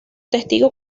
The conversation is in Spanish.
testigo